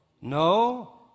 No